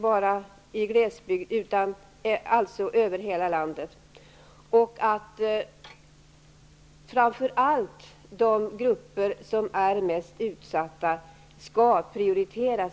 Vi kommer att verka för att framför allt de grupper som är mest utsatta skall prioriteras.